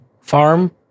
farm